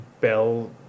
bell